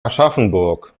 aschaffenburg